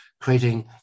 creating